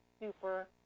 super